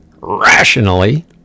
Rationally